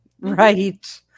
right